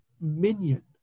minion